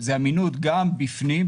זה אמינות בפנים,